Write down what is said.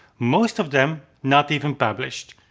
most of them not even published.